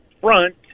front